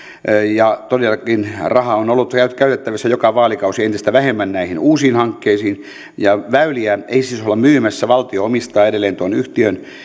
ja todellakin rahaa on ollut käytettävissä joka vaalikausi entistä vähemmän näihin uusiin hankkeisiin ja väyliä ei siis olla myymässä valtio omistaa edelleen tuon yhtiön